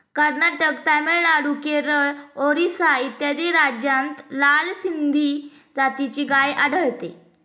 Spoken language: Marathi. कर्नाटक, तामिळनाडू, केरळ, ओरिसा इत्यादी राज्यांत लाल सिंधी जातीची गाय आढळते